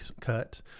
cut